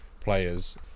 players